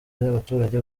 y’abaturage